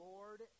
Lord